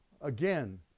again